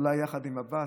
אולי יחד עם עבאס,